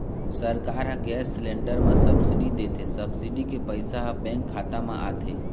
सरकार ह gas cylinder म सब्सिडी देथे, सब्सिडी के पइसा ह बेंक खाता म आथे